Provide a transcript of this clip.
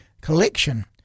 collection